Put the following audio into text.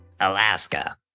Alaska